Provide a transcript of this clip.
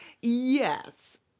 yes